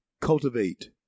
Cultivate